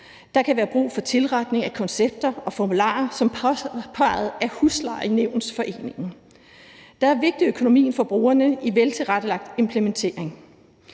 der er brug for tilretning af koncepter og formularer som påpeget af Huslejenævnsforeningen; der er en vigtig økonomi for brugerne i en veltilrettelagt implementering.